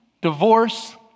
Divorce